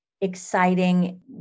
exciting